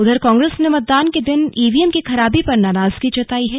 उधर कांग्रेस ने मतदान के दिन ईवीएम की खराबी पर नाराजगी जताई है